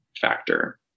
factor